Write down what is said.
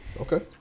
Okay